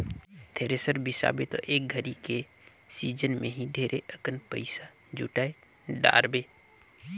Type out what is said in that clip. thresher बिसाबे त एक घरी के सिजन मे ही ढेरे अकन पइसा जुटाय डारबे